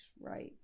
right